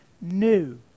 new